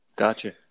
gotcha